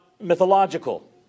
mythological